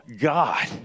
God